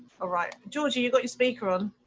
alright georgie, you got your speaker on.